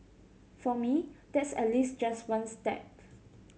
for me that's at least just one step